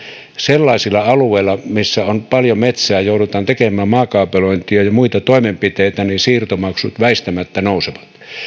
sellaisilla alueilla missä on paljon metsää joudutaan tekemään maakaapelointia ja muita toimenpiteitä jolloin siirtomaksut väistämättä nousevat